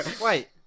Wait